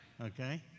Okay